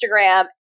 Instagram